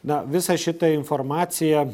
na visą šitą informaciją